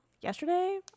Yesterday